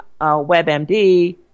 WebMD